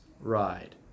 ride